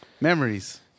memories